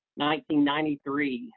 1993